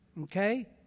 Okay